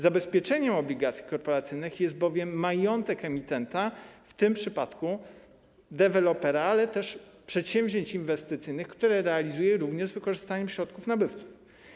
Zabezpieczeniem obligacji korporacyjnych jest bowiem majątek emitenta, w tym przypadku dewelopera, ale też przedsięwzięć inwestycyjnych, które realizuje również z wykorzystaniem środków nabywców.